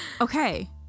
Okay